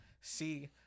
see